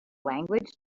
language